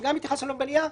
שגם התייחסנו אליו בנייר,